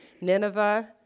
Nineveh